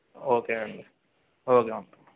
okay అండి okay ఉంటాను